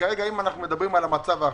אם אנחנו מדברים על המצב העכשווי,